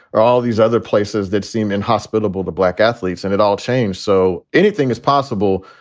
or all these other places that seem inhospitable to black athletes? and it all changed. so anything is possible,